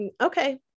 okay